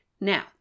Now